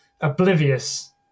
oblivious